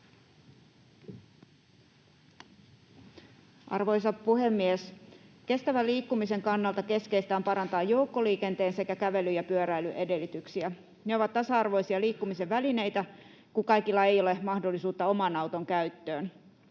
Arvoisa puhemies! Kestävän liikkumisen kannalta keskeistä on parantaa joukkoliikenteen sekä kävelyn ja pyöräilyn edellytyksiä. Ne ovat tasa-arvoisia liikkumisen välineitä, kun kaikilla ei ole mahdollisuutta oman auton käyttöön.